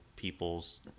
people's